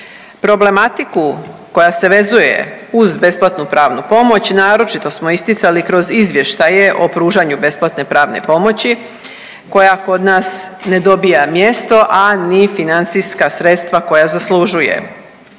Problematiku koja se vezuje uz besplatnu pravnu pomoć naročito smo isticali kroz izvještaju o pružanju besplatne pravne pomoći koja kod nas ne dobija mjesto, a ni financijska sredstva koja zaslužuje.